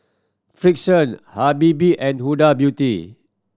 Frixion Habibie and Huda Beauty